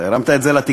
אתה הרמת את זה לתקרה.